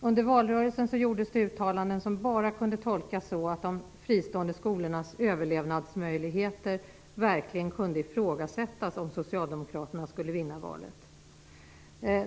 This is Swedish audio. Under valrörelsen gjordes uttalanden som bara kunde tolkas så, att de fristående skolornas överlevnadsmöjligheter verkligen kunde ifrågasättas om Socialdemokraterna skulle vinna valet.